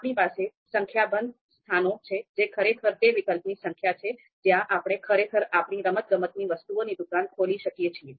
આપણી પાસે સંખ્યાબંધ સ્થાનો છે જે ખરેખર તે વિકલ્પોની સંખ્યા છે જ્યાં આપણે ખરેખર આપણી રમતગમતની વસ્તુઓની દુકાન ખોલી શકીએ છીએ